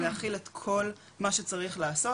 להכיל את כל מה שצריך לעשות,